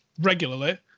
Regularly